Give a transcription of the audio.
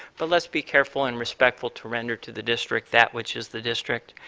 but let's be careful and respect to render to the district that which is the district.